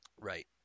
Right